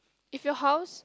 if your house